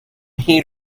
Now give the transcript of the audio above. heat